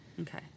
Okay